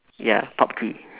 ya pub-G